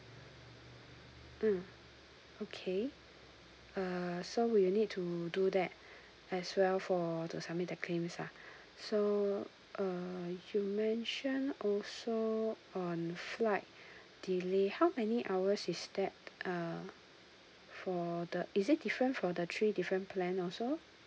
mm okay uh so we'll need to do that as well for to submit the claims lah so uh you mentioned also on flight delay how many hours is that uh for the is it different for the three different plan also